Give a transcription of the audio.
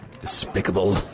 Despicable